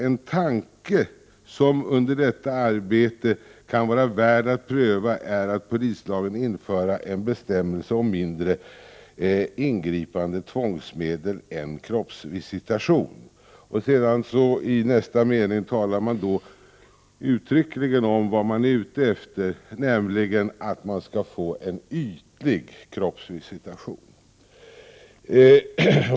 En tanke som under detta arbete kan vara värd att pröva är att i polislagen införa en bestämmelse om ett mindre ingripande tvångsmedel än kroppsvisitation.” I nästa mening talar man uttryckligen om, vad man är ute efter, nämligen att få möjlighet till en ytlig kroppsvisitation.